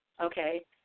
okay